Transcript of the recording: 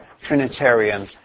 Trinitarian